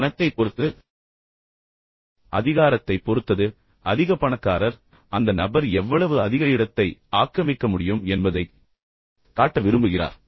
எனவே பணத்தைப் பொறுத்தது அதிகாரத்தைப் பொறுத்தது எனவே அதிக பணக்காரர் எனவே அந்த நபர் எவ்வளவு அதிக இடத்தை ஆக்கிரமிக்க முடியும் என்பதைக் காட்ட விரும்புகிறார்